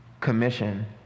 commission